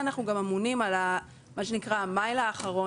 ואנחנו גם אמונים על מה שנקרא המייל האחרון,